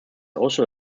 also